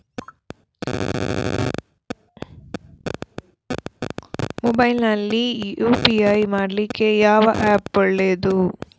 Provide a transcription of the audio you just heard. Mobile ನಲ್ಲಿ UPI ಮಾಡ್ಲಿಕ್ಕೆ ಯಾವ ಆ್ಯಪ್ ಒಳ್ಳೇದು?